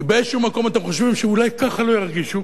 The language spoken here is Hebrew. כי באיזה מקום אתם חושבים שאולי ככה לא ירגישו,